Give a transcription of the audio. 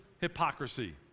hypocrisy